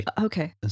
okay